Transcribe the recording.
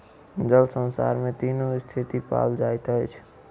जल संसार में तीनू स्थिति में पाओल जाइत अछि